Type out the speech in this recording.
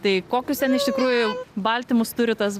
tai kokius ten iš tikrųjų baltymus turi tas